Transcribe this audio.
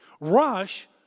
Rush